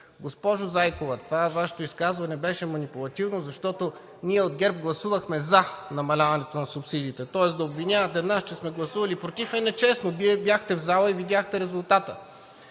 Госпожо Зайкова, Вашето изказване беше манипулативно, защото ние от ГЕРБ гласувахме за намаляването на субсидиите. Тоест да обвинявате нас, че сме гласували против, е нечестно. Вие бяхте в залата и видяхте резултата.